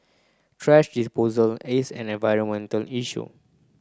thrash disposal is an environmental issue